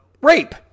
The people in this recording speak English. rape